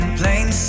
plain